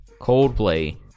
coldplay